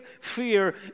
fear